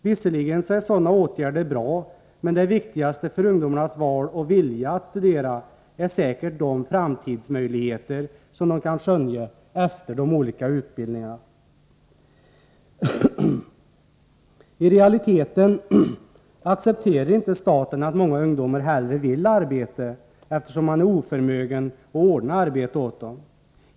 Visserligen är sådana åtgärder bra, men det viktigaste för ungdomarnas val och vilja att studera är säkert de framtidsmöjligheter efter de olika utbildningarna som de kan skönja. I realiteten accepterar inte staten att många ungdomar hellre vill arbeta, eftersom man är oförmögen att ordna arbeten åt dem.